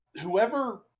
whoever